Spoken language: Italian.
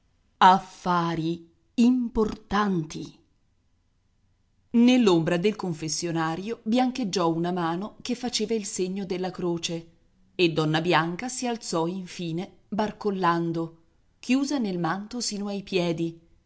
affari importanti nell'ombra del confessionario biancheggiò una mano che faceva il segno della croce e donna bianca si alzò infine barcollando chiusa nel manto sino ai piedi